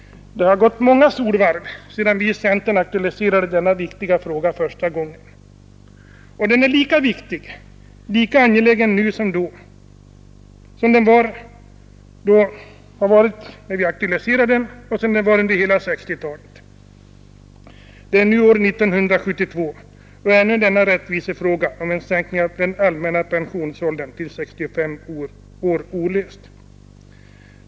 Det har gått många solvarv sedan vi i centern första gången aktualiserade denna viktiga fråga. Och den är lika viktig, lika angelägen nu som den var när vi aktualiserade den och som den har varit under hela 1960-talet. Det är nu år 1972, och ännu är denna rättvisefråga om en sänkning av den allmänna pensionsåldern till 65 år olöst.